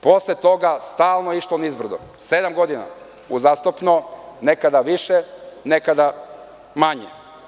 Posle toga stalno je išlo nizbrdo, sedam godina uzastopno, nekada više, nekada manje.